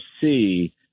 see